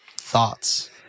thoughts